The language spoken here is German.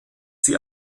sie